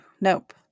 Nope